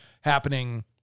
happening